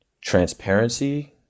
transparency